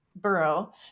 borough